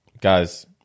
guys